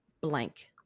blank